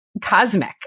cosmic